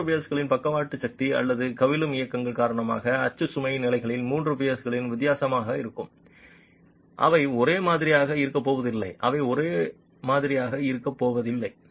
மூன்று பியர்களில் பக்கவாட்டு சக்தி மற்றும் கவிழும் இயக்கங்கள் காரணமாக அச்சு சுமை நிலைகள் மூன்று பியர்களில் வித்தியாசமாக இருக்கும் அவை ஒரே மாதிரியாக இருக்கப்போவதில்லை அவை ஒரே மாதிரியாக இருக்கப்போவதில்லை